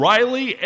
Riley